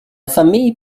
famille